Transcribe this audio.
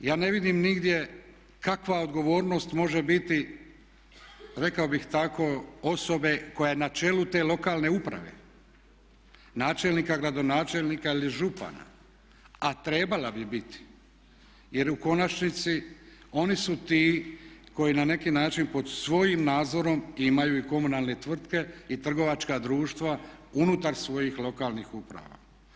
Ja ne vidim nigdje kakva odgovornost može biti rekao bih tako osobe koja je na čelu te lokalne uprave, načelnika, gradonačelnika ili župana a trebala bi biti jer u konačnici oni su ti koji na neki način pod svojim nadzorom imaju i komunalne tvrtke i trgovačka društva unutar svojih lokalnih uprava.